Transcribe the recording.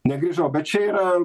negrįžau bet čia yra